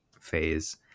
phase